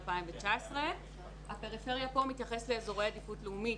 2019. הפריפריה פה מתייחס לאזורי עדיפות לאומית,